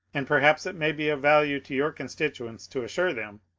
and perhaps it may be of value to your constituents to assure them,